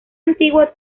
antiguo